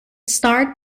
starred